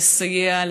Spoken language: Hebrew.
לסייע,